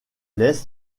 l’est